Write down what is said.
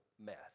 meth